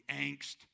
angst